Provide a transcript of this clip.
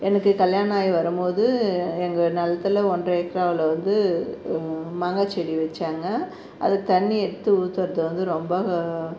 எனக்கு கல்யாணம் ஆயி வரும்போது எங்கள் நிலத்துல ஒன்றை ஏக்கராவுல வந்து மாங்காய் செடி வச்சாங்க அது தண்ணி எடுத்து ஊற்றுறது வந்து ரொம்ப